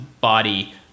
body